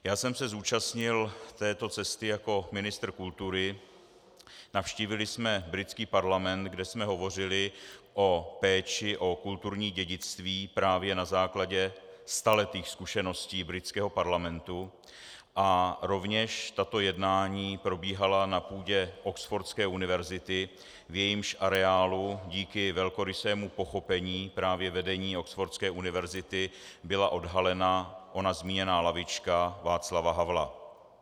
Já jsem se zúčastnil této cesty jako ministr kultury, navštívili jsme britský parlament, kde jsme hovořili o péči o kulturní dědictví právě na základě staletých zkušeností britského parlamentu, a rovněž tato jednání probíhala na půdě Oxfordské univerzity, v jejímž areálu díky velkorysému pochopení právě vedení Oxfordské univerzity byla odhalena ona zmíněná lavička Václava Havla.